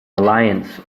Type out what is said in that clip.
alliance